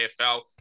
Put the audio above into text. AFL